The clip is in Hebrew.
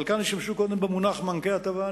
כאן השתמשו קודם במונח "מענקי הטבה".